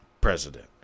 president